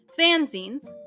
Fanzines